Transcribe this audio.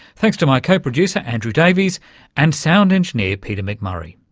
thanks to my co-producer andrew davies and sound engineer peter mcmurray.